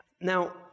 Now